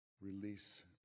Release